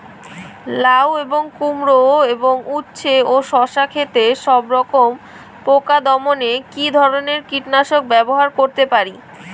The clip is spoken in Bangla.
লাউ এবং কুমড়ো এবং উচ্ছে ও শসা ক্ষেতে সবরকম পোকা দমনে কী ধরনের কীটনাশক ব্যবহার করতে পারি?